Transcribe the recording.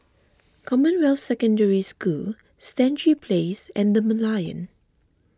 Commonwealth Secondary School Stangee Place and the Merlion